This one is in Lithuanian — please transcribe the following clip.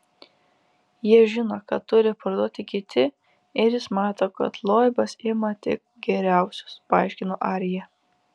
jie žino ką turi parduoti kiti ir jis mato kad loibas ima tik geriausius paaiškino arjė